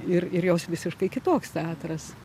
ir ir jos visiškai kitoks teatras